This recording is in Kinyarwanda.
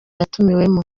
yatumiwemo